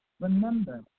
remember